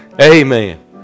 Amen